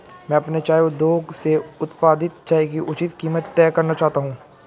मैं अपने चाय उद्योग से उत्पादित चाय की उचित कीमत तय करना चाहता हूं